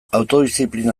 autodiziplina